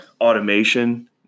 automation